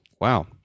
Wow